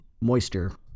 moisture